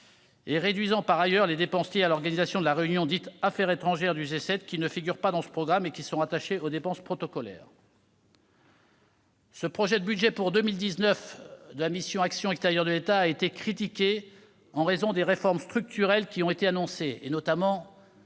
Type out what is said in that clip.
et à réduire les dépenses liées à l'organisation de la réunion des ministres des affaires étrangères du G7, qui ne figurent pas dans ce programme et sont rattachées aux dépenses protocolaires. Le projet de budget pour 2019 de la mission « Action extérieure de l'État » a été critiqué en raison des réformes structurelles qui ont été annoncées, notamment